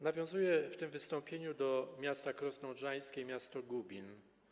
Nawiązuję w tym wystąpieniu do miasta Krosno Odrzańskie i miasta Gubin.